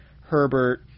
Herbert